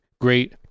great